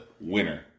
winner